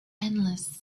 endless